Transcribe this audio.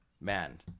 man